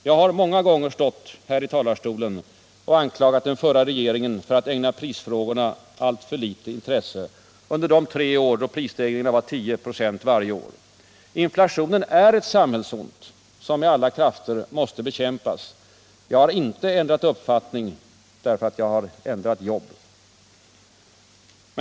Jag har många gånger stått här i talarstolen och anklagat den förra regeringen för att ägna prisfrågorna alltför litet intresse under de tre år då prisstegringen var 10 926 varje år. Inflationen är ett samhällsont, som med alla krafter måste bekämpas. Jag har inte ändrat uppfattning därför att jag har bytt jobb.